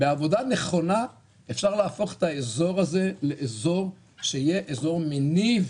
בעבודה נכונה אפשר להפוך את האזור הזה לאזור שיהיה אזור מניב